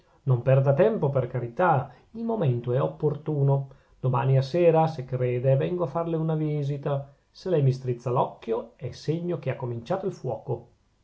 non perda tempo per carità il momento è opportuno domani a sera se crede vengo a farle una visita se lei mi strizza l'occhio è segno che ha cominciato il fuoco